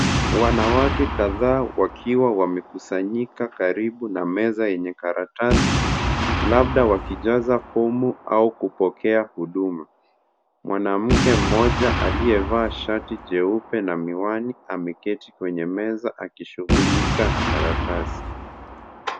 Wanawake kadhaa wakiwa wamekusanyika karibu na meza yenye karatasi, labda wakijaza fomu au kupokea huduma. Mwanamke mmoja aliyevaa shati jeupe na miwani ameketi kwenye meza akishughulika na karatasi.